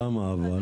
למה אבל?